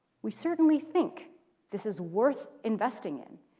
we certainly think this is worth investing in,